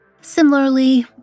similarly